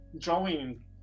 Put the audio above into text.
drawing